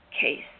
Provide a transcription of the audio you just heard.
case